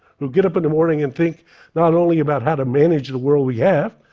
who get up in the morning and think not only about how to manage the world we have,